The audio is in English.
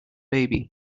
baby